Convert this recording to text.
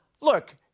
look